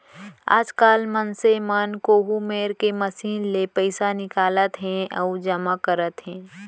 आजकाल मनसे मन कोहूँ मेर के मसीन ले पइसा निकालत हें अउ जमा करत हें